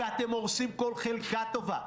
זיקה רגשית.